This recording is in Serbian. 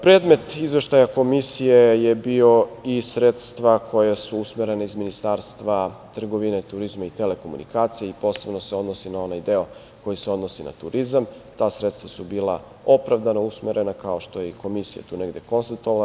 Predmet izveštaja Komisije je bio i sredstva koja su usmerena iz Ministarstva trgovine, turizma i telekomunikacije, posebno se odnosi na onaj deo koji se odnosi na turizam, ta sredstva su bila opravdano usmerena kao što je i Komisija to negde konstatovala.